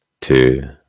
two